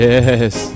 Yes